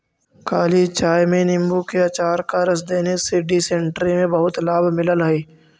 काली चाय में नींबू के अचार का रस देने से डिसेंट्री में बहुत लाभ मिलल हई